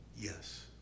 Yes